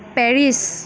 Paris